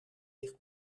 dicht